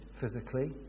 physically